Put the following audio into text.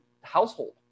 household